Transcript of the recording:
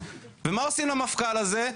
אני אביא מפכ"ל מבחוץ - ומה עושים למפכ"ל הזה?